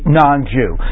non-Jew